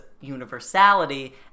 universality